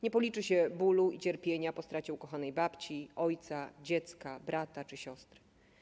Nie policzy się bólu i cierpienia po stracie ukochanej babci, ojca, dziecka, brata czy siostry.